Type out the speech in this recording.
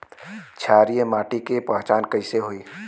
क्षारीय माटी के पहचान कैसे होई?